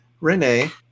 Renee